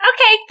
Okay